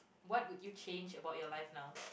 what would you change about your life now